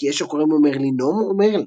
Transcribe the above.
אם כי יש הקוראים לו מרלינום או מרלין,